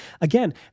again